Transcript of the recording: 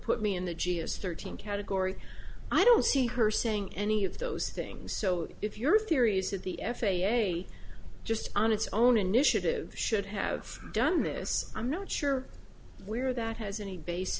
put me in the g s thirteen category i don't see her saying any of those things so if your theory is that the f a a just on its own initiative should have done this i'm not sure where that has any bas